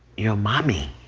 your mommy